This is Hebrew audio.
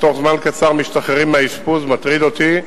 ובתוך זמן קצר משתחררים מהאשפוז, מטריד אותי,